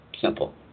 Simple